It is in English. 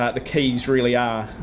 the keys really are,